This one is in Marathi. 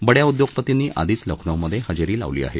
बड्या उद्योगपतींनी आधीच लखनौमधे हजेरी लावली आहे